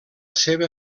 seva